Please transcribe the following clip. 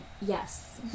yes